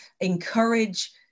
encourage